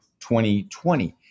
2020